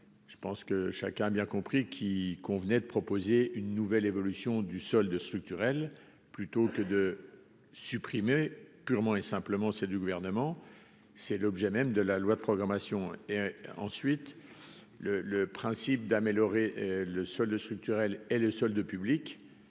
je pense que chacun a bien compris qu'il convenait de proposer une nouvelle évolution du solde structurel plutôt que de supprimer purement et simplement, c'est du gouvernement c'est l'objet même de la loi de programmation et ensuite le le principe d'améliorer le solde structurel est le seul de public,